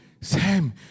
Sam